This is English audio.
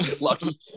lucky